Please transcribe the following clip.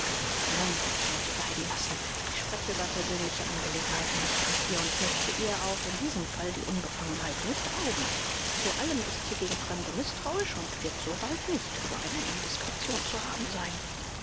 nein das werde ich bleiben lassen ich spreche über persönliche angelegenheiten nicht mit ihr und möchte ihr auch in diesem fall die unbefangenheit nicht rauben zu allem ist sie gegen fremde mißtrauisch und wird so bald nicht für eine indiskretion zu haben sein